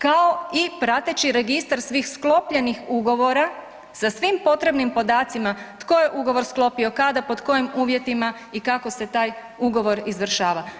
Kao i prateći registar svih sklopljenih ugovora sa svim potrebnim podacima tko je ugovor sklopio, kada, pod kojim uvjetima i kako se taj ugovor izvršava.